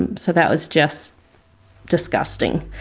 and so that was just disgusting.